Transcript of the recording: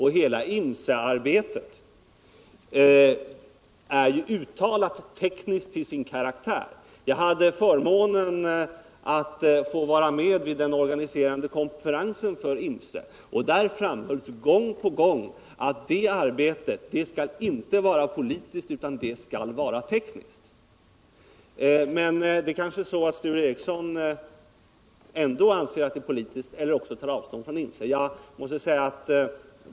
Hela INFCE-arbetet är ju uttalat tekniskt till sin karaktär. Jag hade förmånen att få vara med vid den organiserade konferensen för INFCE, och där framhölls gång på gång att det arbetet inte skall vara politiskt utan tekniskt. Men Sture Ericson kanske ändå anser att det är politiskt, eller tar han avstånd från INFCE?